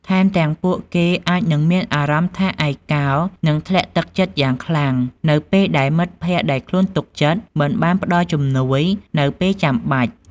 ថែមទាំង ពួកគេអាចនឹងមានអារម្មណ៍ថាឯកោ និងធ្លាក់ទឹកចិត្តយ៉ាងខ្លាំង នៅពេលដែលមិត្តភក្តិដែលខ្លួនទុកចិត្ត មិនបានផ្តល់ជំនួយនៅពេលចាំបាច់។